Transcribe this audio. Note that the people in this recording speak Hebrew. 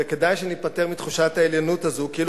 וכדאי שניפטר מתחושת העליונות הזו כאילו